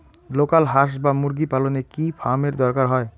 Local হাস বা মুরগি পালনে কি ফার্ম এর দরকার হয়?